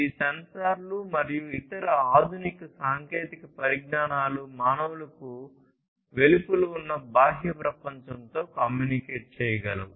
ఈ సెన్సార్లు మరియు ఇతర ఆధునిక సాంకేతిక పరిజ్ఞానాలు మానవులకు వెలుపల ఉన్న బాహ్య ప్రపంచంతో కమ్యూనికేట్ చేయగలవు